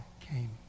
came